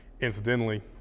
Incidentally